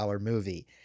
movie